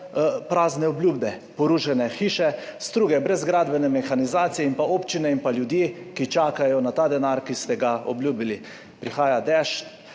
prazne obljube, porušene hiše, struge brez gradbene mehanizacije in pa občine in pa ljudje, ki čakajo na ta denar, ki ste ga obljubili. Prihaja dež,